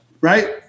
right